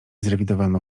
zrewidowano